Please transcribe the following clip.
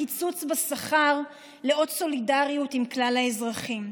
קיצוץ בשכר לאות סולידריות עם כלל האזרחים,